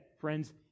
friends